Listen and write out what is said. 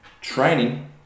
training